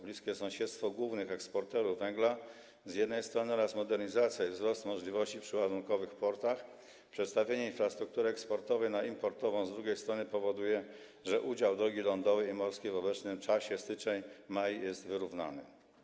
Bliskie sąsiedztwo głównych eksporterów węgla z jednej strony oraz modernizacja i wzrost możliwości przeładunkowych w portach, a także przestawienie infrastruktury eksportowej na importową z drugiej strony powodują, że udział drogi lądowej i drogi morskiej w obecnym czasie, styczeń-maj, jest wyrównany.